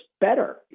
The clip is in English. better